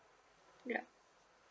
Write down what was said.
ya